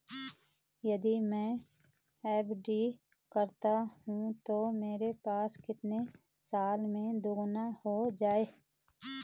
यदि मैं एफ.डी करता हूँ तो मेरे पैसे कितने साल में दोगुना हो जाएँगे?